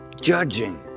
judging